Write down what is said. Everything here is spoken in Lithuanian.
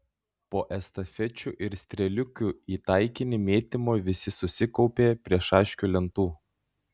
po estafečių ir strėliukių į taikinį mėtymo visi susikaupė prie šaškių lentų